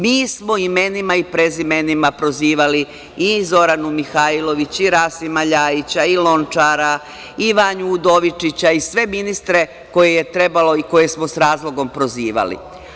Mi smo imenima i prezimenima prozivali i Zoranu Mihajlović, i Rasima Ljajića, i Lončara, i Vanju Udovičića i sve ministre koje je trebalo i koje smo s razlogom prozivali.